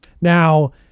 now